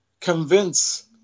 convince